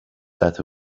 that